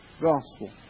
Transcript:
gospel